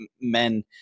men